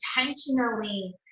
intentionally